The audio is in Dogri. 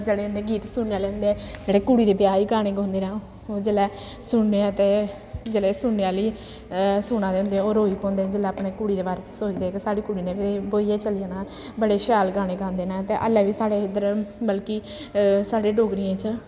जेह्ड़े उं'दे गीत सुनने आह्ले होंदे जेह्ड़े कुड़ी दे ब्याह् च गाने गांदे न ओह् ओह् जेल्लै सुनने ते जेल्लै सुनने आह्ली सुना दे होंदे ओह् रोई पौंदे जेल्लै अपनी कुड़ी दे बारे च सोचदे कि साढ़ी कुड़ी ने बी ब्होइयै चली जाना बड़े शैल गाने गांदे न ते हल्लै बी साढ़े इद्धर बल्कि साढ़े डोगरियें च